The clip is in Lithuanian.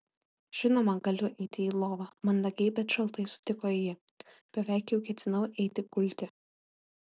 žinoma galiu eiti į lovą mandagiai bet šaltai sutiko ji beveik jau ketinau eiti gulti